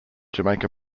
jamaica